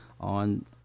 on